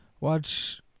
Watch